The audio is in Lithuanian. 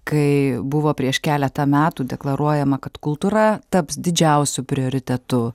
kai buvo prieš keletą metų deklaruojama kad kultūra taps didžiausiu prioritetu